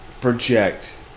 project